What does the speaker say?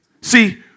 See